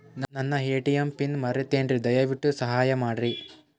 ನನ್ನ ATM PIN ಮರೆತೇನ್ರೀ, ದಯವಿಟ್ಟು ಸಹಾಯ ಮಾಡ್ರಿ